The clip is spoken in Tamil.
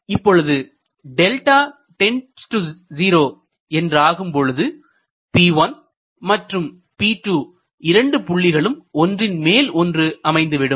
இப்பொழுது என்றாகும் பொழுது P1 மற்றும் P2 இரண்டு புள்ளிகளும் ஒன்றின்மேல் ஒன்று அமைந்துவிடும்